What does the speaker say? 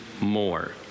more